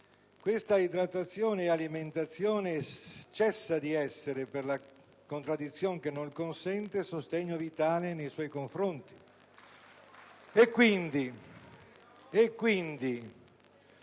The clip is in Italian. l'idratazione e l'alimentazione cessano di essere, "per la contradizion che nol consente", sostegno vitale nei suoi confronti.